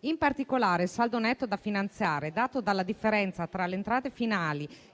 In particolare, il saldo netto da finanziare, dato dalla differenza tra le entrate finali